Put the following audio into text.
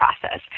process